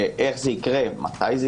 איך זה יקרה, מתי,